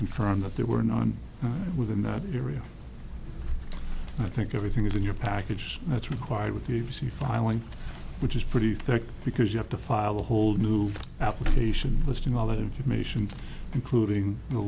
confirm that there were nine within that area i think everything is in your package that's required with the a b c filing which is pretty thick because you have to file a whole new application listing all that information including